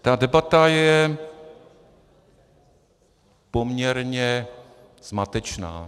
Ta debata je poměrně zmatečná.